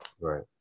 Right